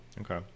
Okay